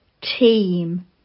team